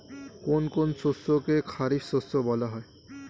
কোন কোন শস্যকে খারিফ শস্য বলা হয়?